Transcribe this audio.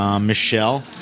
Michelle